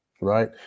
right